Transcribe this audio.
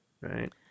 right